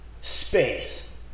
space